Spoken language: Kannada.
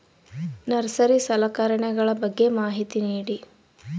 ನರ್ಸರಿ ಸಲಕರಣೆಗಳ ಬಗ್ಗೆ ಮಾಹಿತಿ ನೇಡಿ?